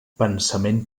pensament